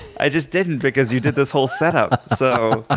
i just didn't because you did this whole setup. so ah